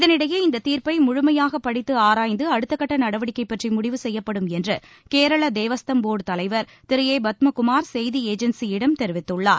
இதனிடையே இந்த தீர்ப்பை முழுமையாக படித்து ஆராய்ந்து அடுத்தகட்ட நடவடிக்கை பற்றி முடிவு செய்யப்படும் என்று கேரள தேவஸ்வம் போா்டு தலைவா் திரு ஏ பத்மகுமா் செய்தி ஏஜென்சியிடம் தெரிவித்துள்ளார்